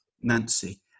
Nancy